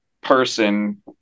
person